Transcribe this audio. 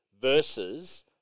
versus